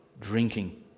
drinking